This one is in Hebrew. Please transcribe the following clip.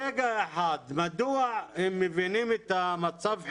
מדוע הם מבינים את מצב החירום,